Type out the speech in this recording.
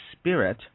spirit